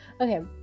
Okay